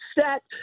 set